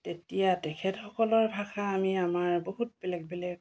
তেতিয়া তেখেতসকলৰ ভাষা আমি আমাৰ বহুত বেলেগ বেলেগ